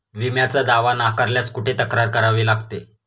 विम्याचा दावा नाकारल्यास कुठे तक्रार करावी लागते?